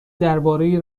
درباره